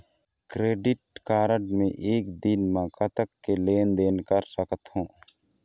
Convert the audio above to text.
Credit card मे एक दिन म कतक के लेन देन कर सकत हो?